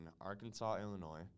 Arkansas-Illinois